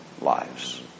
lives